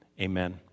amen